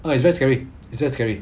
!wah! it's very scary it's very scary